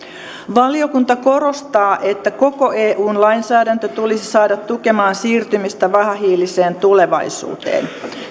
valiokunta korostaa että koko eun lainsäädäntö tulisi saada tukemaan siirtymistä vähähiiliseen tulevaisuuteen